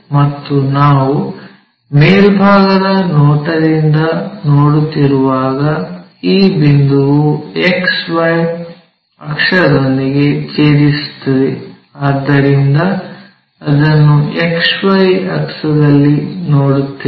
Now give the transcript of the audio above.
ಮತ್ತು ನಾವು ಮೇಲ್ಭಾಗದ ನೋಟದಿಂದ ನೋಡುತ್ತಿರುವಾಗ ಈ ಬಿಂದುವು XY ಅಕ್ಷದೊಂದಿಗೆ ಛೇದಿಸುತ್ತದೆ ಆದ್ದರಿಂದ ಅದನ್ನು XY ಅಕ್ಷದಲ್ಲಿ ನೋಡುತ್ತೇವೆ